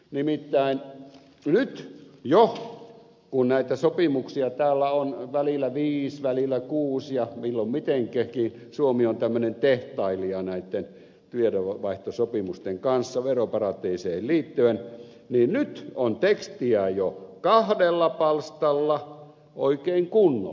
nimittäin kun näitä sopimuksia täällä on välillä viisi välillä kuusi ja milloin mitenkin suomi on tämmöinen tehtailija näitten tiedonvaihtosopimusten kanssa veroparatiiseihin liittyen niin nyt on tekstiä jo kahdella palstalla oikein kunnolla